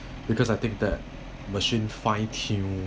because I think that machine fine tune